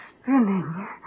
Spinning